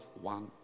one